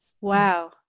Wow